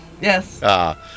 Yes